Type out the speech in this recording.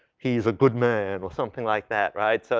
he's a good man or something like that, right? so,